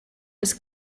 was